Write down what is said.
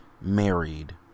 married